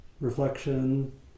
reflection